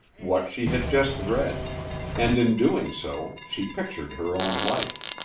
what she had just read and, in doing so, she pictured her own life.